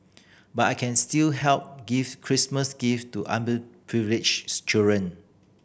but I can still help give Christmas gift to underprivileged children